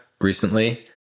recently